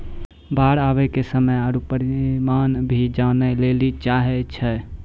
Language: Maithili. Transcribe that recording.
बाढ़ आवे के समय आरु परिमाण भी जाने लेली चाहेय छैय?